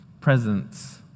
Presence